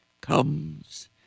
comes